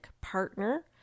partner